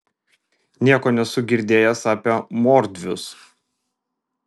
nieko nesu girdėjęs apie mordvius